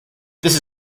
this